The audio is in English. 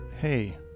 hey